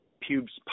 pubes